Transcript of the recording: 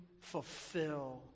fulfill